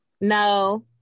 No